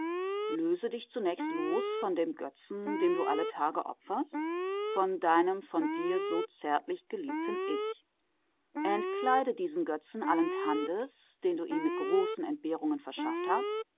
löse dich zunächst los von dem götzen dem du alle tage opferst von deinem von dir so zärtlich geliebten ich entkleide diesen götzen allen tandes den du ihm mit großen entbehrungen verschafft hast